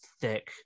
thick